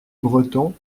breton